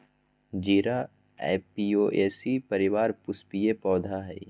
जीरा ऍपियेशी परिवार पुष्पीय पौधा हइ